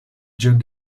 june